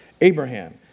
Abraham